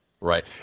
right